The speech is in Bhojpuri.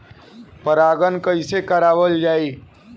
परागण कइसे करावल जाई?